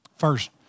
First